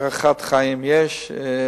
הארכת חיים יש.